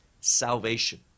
salvation